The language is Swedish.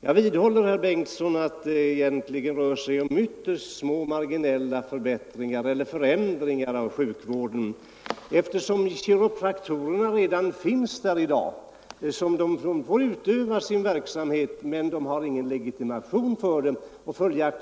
Jag vidhåller, herr Bengtsson, att det egentligen rör sig om ytterst små och marginella förbättringar eller förändringar av sjukvården. Kiropraktorerna finns ju där redan i dag och får utöva sin verksamhet utan någon legitimation.